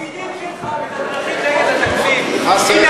הפקידים שלך מתדרכים נגד התקציב, על מה אתה מדבר?